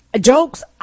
Jokes